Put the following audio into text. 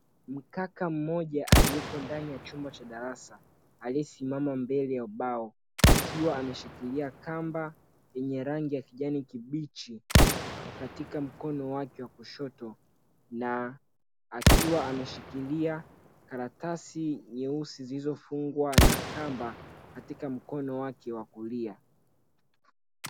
Mkaka mmoja alieko ndani ya chumba cha darasa aliesimama mbele ya ubao akiwa ameshikilia kamba yenye rangi ya kijani kibichi katika mkono wake wa kushoto na akiwa ameshikilia karatasi nyeusi zilizofungwa na kamba katika mkono wake wa kulia.